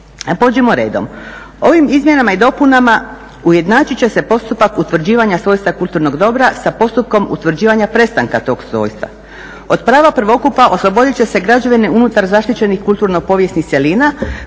Pođimo redom, ovim izmjenama i dopunama ujednačit će postupak utvrđivanja svojstva kulturnog dobra sa postupkom utvrđivanja prestanka tog svojstva. Od prava prvokupa oslobodit će se građevine unutar zaštićenih kulturno-povijesnih cjelina